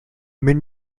main